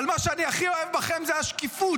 אבל מה שאני הכי אוהב בכם זה השקיפות.